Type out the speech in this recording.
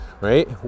right